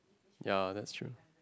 ya that's true